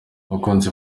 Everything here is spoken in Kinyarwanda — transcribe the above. abakunzi